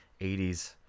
80s